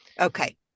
okay